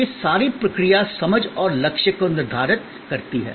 यह सारी प्रक्रिया समझ और लक्ष्य को निर्धारित करती है